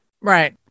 right